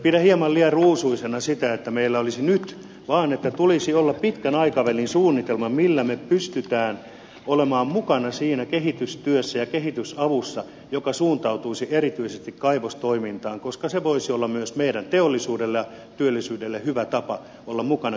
pidän hieman liian ruusuisena sitä että meillä olisi nyt kaikki valmiina tulisi olla pitkän aikavälin suunnitelma millä me pystymme olemaan mukana siinä kehitystyössä ja kehitysavussa joka suuntautuisi erityisesti kaivostoimintaan koska se voisi olla myös meidän teollisuudellemme ja työllisyydellemme hyvä tapa olla mukana kehitysyhteistyössä